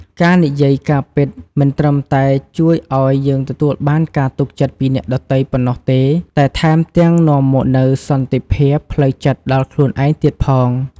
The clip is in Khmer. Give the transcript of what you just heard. ការនិយាយការពិត មិនត្រឹមតែជួយឲ្យយើងទទួលបានការទុកចិត្តពីអ្នកដទៃប៉ុណ្ណោះទេ តែថែមទាំងនាំមកនូវសន្តិភាពផ្លូវចិត្តដល់ខ្លួនឯងទៀតផង។